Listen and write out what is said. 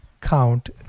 count